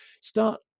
start